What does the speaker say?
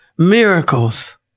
Miracles